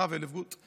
הרב הלפגוט,